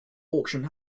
auction